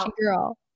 girl